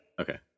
Okay